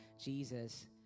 Jesus